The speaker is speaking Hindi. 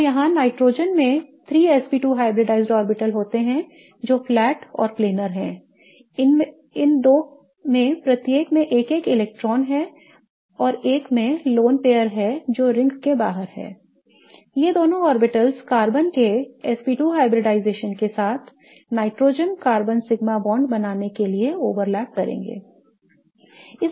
तो यहाँ नाइट्रोजन में 3 sp2 हाइब्रिडाइज्ड ऑर्बिटल्स होते हैं जो flat और planar हैं इन दो में प्रत्येक में एक एक इलेक्ट्रॉन है और एक मैं lone pair है जो रिंग के बाहर है I ये दोनों ऑर्बिटल्स कार्बन के sp2 hybridization के साथ नाइट्रोजन कार्बन सिग्मा बॉन्ड बनाने के लिए ओवरलैप होंगे